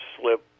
slip